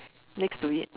next to it